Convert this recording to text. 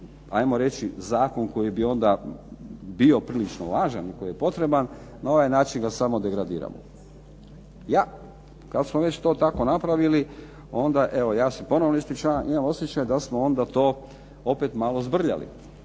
ajmo reći zakon koji bi onda bio prilično važan i koji je potreban na ovaj način ga samo degradiramo. Ja kad smo već to tako napravili onda evo ja se ponovno ispričavam imam osjećaj da smo onda to opet malo zbrljali